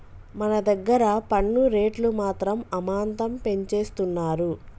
మన దగ్గర పన్ను రేట్లు మాత్రం అమాంతం పెంచేస్తున్నారు